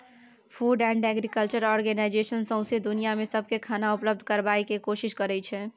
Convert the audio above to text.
food and agriculture organisation सौंसै दुनियाँ मे सबकेँ खाना उपलब्ध कराबय केर कोशिश करइ छै